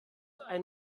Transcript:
ein